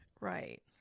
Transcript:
Right